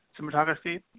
cinematography